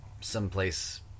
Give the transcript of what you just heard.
someplace